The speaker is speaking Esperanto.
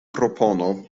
propono